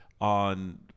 on